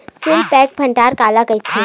Seal pack भंडारण काला कइथे?